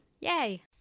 yay